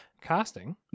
casting